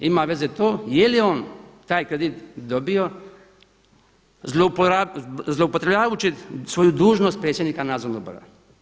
Ima veze to je li on taj kredit dobio, zloupotrjebljavajući svoju dužnost predsjednika nadzornog odbora.